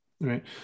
Right